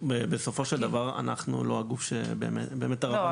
בסופו של דבר אנחנו לא הגוף שבאמת הרבנות --- לא,